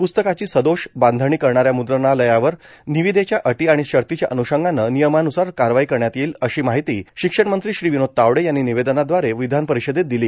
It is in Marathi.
पुस्तकांची सदोष बांधणी करणाऱ्या मुद्रणालयावर निविदेच्या अटी आणि शर्तीच्या अन्नषंगानं नियमान्नुसार कारवाई करण्यात येईल अशी माहिती शिक्षण मंत्री श्री विनोद तावडे यांनी निवेदनाद्वारे विधानपरिषदेत दिली